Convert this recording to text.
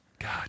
God